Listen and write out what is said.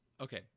okay